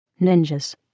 Ninjas